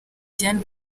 diane